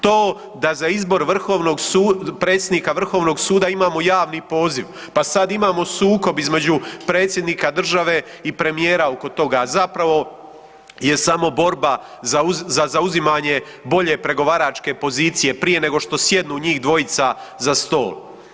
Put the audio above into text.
To za izbor vrhovnog .../nerazumljivo/... predsjednika Vrhovnog suda imamo javni poziv pa sad imamo sukob između predsjednika države i premijera oko toga, a zapravo je samo borba za zauzimanje bolje pregovaračke pozicije prije nego što sjednu njih dvojica za stol.